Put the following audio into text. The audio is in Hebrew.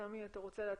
סמי, אתה רוצה להתחיל,